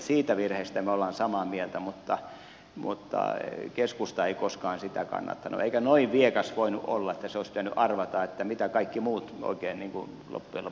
siitä virheestä me olemme samaa mieltä mutta keskusta ei koskaan sitä kannattanut eikä noin viekas voinut olla että se olisi pitänyt arvata mitä kaikki muut vaikeni kun lottana